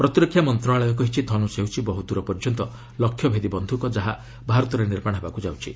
ପ୍ରତିରକ୍ଷା ମନ୍ତ୍ରଣାଳୟ କହିଛି ଧନୁଷ ହେଉଛି ବହୁ ଦୂର ପର୍ଯ୍ୟନ୍ତ ଲକ୍ଷ୍ୟ ଭେଦି ବନ୍ଧୁକ ଯାହା ଭାରତରେ ନିର୍ମାଣ ହେବାକୁ ଯାଉଛି